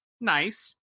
nice